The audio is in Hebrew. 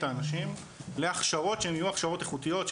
האנשים להכשרות שהן יהיו הכשרות איכותיות,